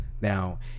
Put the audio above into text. now